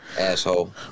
Asshole